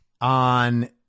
on